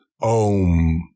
Om